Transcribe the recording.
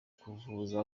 kuvuza